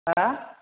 हा